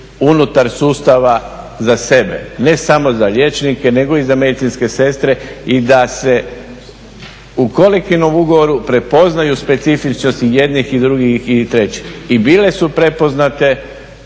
unutar sustava za sebe, ne samo za liječnike nego i za medicinske sestre i da se u kolektivnom ugovoru prepoznaju specifičnosti i jednih i drugi i trećih. I bile su prepoznate